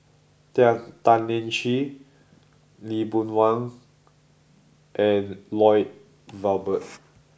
Tian Tan Lian Chye Lee Boon Wang and Lloyd Valberg